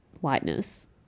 whiteness